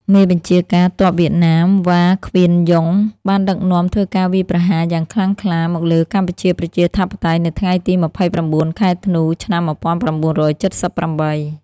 មេបញ្ជាការទ័ពវៀតណាម វ៉ា ង្វៀនយុង បានដឹកនាំធ្វើការវាយប្រហារយ៉ាងខ្លាំងក្លាមកលើកម្ពុជាប្រជាធិបតេយ្យនៅថ្ងៃទី ២៩ ខែធ្នូ ឆ្នាំ ១៩៧៨។